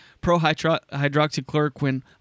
pro-hydroxychloroquine